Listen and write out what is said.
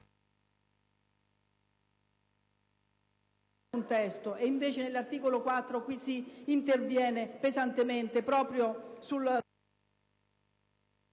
su un testo. Invece nell'articolo 4 si interviene pesantemente proprio sullo